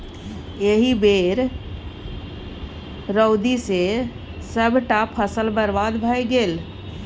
एहि बेर रौदी सँ सभटा फसल बरबाद भए गेलै